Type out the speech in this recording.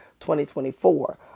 2024